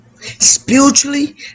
Spiritually